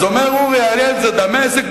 אז אורי אריאל אומר: זה דמשק.